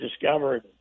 discovered